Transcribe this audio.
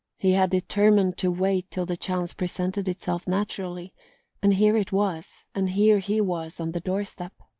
he had determined to wait till the chance presented itself naturally and here it was, and here he was on the doorstep.